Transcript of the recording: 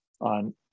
on